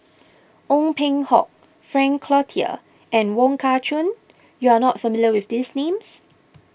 Ong Peng Hock Frank Cloutier and Wong Kah Chun you are not familiar with these names